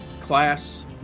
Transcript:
class